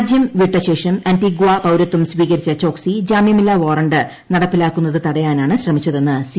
രാജ്യം വിട്ടിട്ടുശേഷം ആന്റിഗ്വ പൌരത്വം സ്വീകരിച്ച ചോക്സി ജാമ്യമില്ലാ വാദ്യങ്ട് നട്പ്പിലാക്കുന്നത് തടയാനാണ് ശ്രമിച്ചതെന്ന് സി